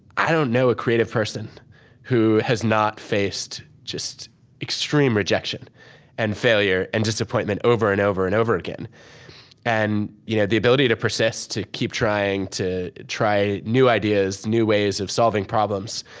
i don't know a creative person who has not faced just extreme rejection and failure and disappointment over and over and over again and you know the ability to persist, to keep trying, to try new ideas, new ways of solving problems,